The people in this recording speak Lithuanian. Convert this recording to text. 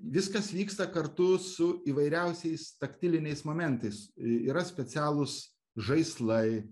viskas vyksta kartu su įvairiausiais taktiliniais momentais yra specialūs žaislai